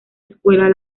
escuelas